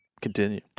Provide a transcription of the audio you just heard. continue